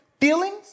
feelings